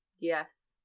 Yes